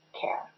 care